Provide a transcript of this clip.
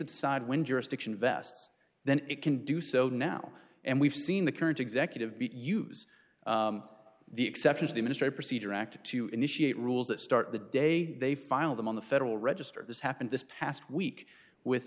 decide when jurisdiction vests then it can do so now and we've seen the current executive beat use the exception to the ministry procedure act to initiate rules that start the day they file them on the federal register this happened this past week with